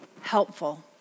helpful